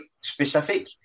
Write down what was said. specific